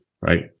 right